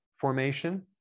formation